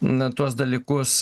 na tuos dalykus